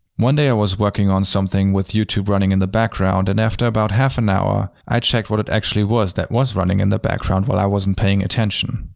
one day i was working on something, with youtube running in the background, and after about half an hour, i checked what it actually was that was running in the background while i wasn't paying attention.